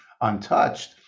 untouched